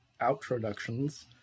outroductions